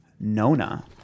Nona